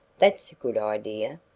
that's a good idea,